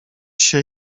się